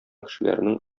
кешеләрнең